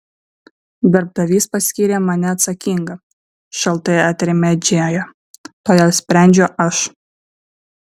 darbdavys paskyrė mane atsakinga šaltai atrėmė džėja todėl sprendžiu aš